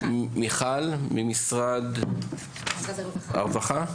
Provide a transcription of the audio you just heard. מיכל, ממשרד הרווחה.